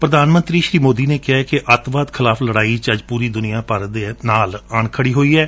ਪ੍ਰਧਾਨ ਮੰਤਰੀ ਸ੍ਰੀ ਮੋਦੀ ਨੇ ਕਿਹੈ ਕਿ ਅਤਵਾਦ ਖਿਲਾਫ਼ ਲੜਾਈ ਵਿਚ ਅੱਜ ਪੂਰੀ ਦੁਨੀਆਂ ਭਾਰਤ ਦੇ ਨਾਲ ਖੜੀ ਏ